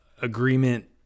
agreement